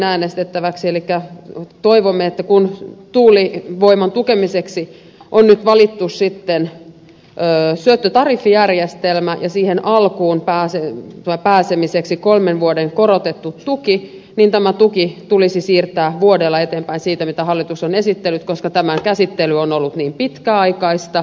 elikkä toivomme kun tuulivoiman tukemiseksi on nyt sitten valittu syöttötariffijärjestelmä ja siihen alkuun pääsemiseksi kolmen vuoden korotettu tuki että tämä tuki tulisi siirtää vuodella eteenpäin siitä mitä hallitus on esittänyt koska tämän käsittely on ollut niin pitkäaikaista